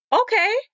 Okay